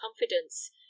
confidence